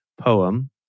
poem